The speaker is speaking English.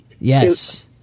yes